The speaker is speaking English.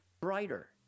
brighter